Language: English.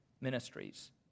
ministries